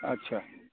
आथ्सा